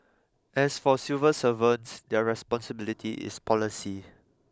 as for civil servants their responsibility is policy